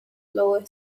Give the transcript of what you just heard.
lower